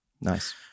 Nice